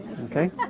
Okay